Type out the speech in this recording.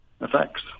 effects